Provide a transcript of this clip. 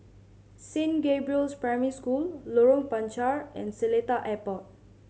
Saint Gabriel's Primary School Lorong Panchar and Seletar Airport